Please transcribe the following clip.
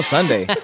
Sunday